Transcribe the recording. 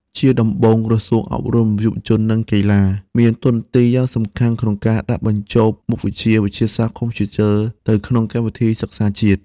ជាដំបូង ក្រសួងអប់រំ យុវជន និងកីឡា មានតួនាទីយ៉ាងសំខាន់ក្នុងការដាក់បញ្ចូលមុខវិជ្ជាវិទ្យាសាស្ត្រកុំព្យូទ័រទៅក្នុងកម្មវិធីសិក្សាជាតិ។